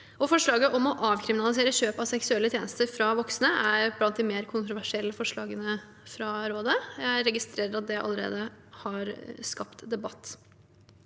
Forslaget om å avkriminalisere kjøp av seksuelle tjenester fra voksne er blant de mer kontroversielle forslagene fra rådet, og jeg registrerer at det allerede har skapt debatt.